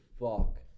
fuck